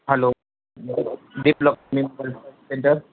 hello development centre